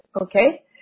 okay